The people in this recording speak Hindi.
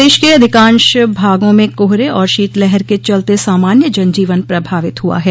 प्रदेश के अधिकांश भागों में कोहरे और शीतलहर के चलते सामान्य जन जीवन प्रभावित हुआ है